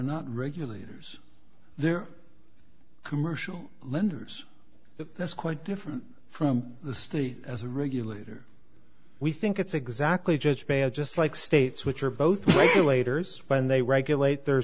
not regulators they're commercial lenders that's quite different from the state as a regulator we think it's exactly just bad just like states which are both regulators when they regulate their